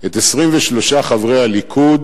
את 23 חברי הליכוד